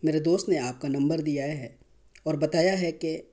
میرے دوست نے آپ کا نمبر دیا ہے اور بتایا ہے کہ